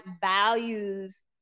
values